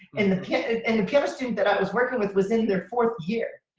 and the piano and the piano student that i was working with was in their fourth year.